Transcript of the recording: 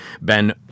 Ben